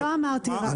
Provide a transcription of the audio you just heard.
לא, לא אמרתי את זה.